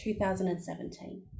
2017